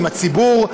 עם הציבור,